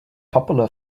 popular